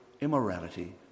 immorality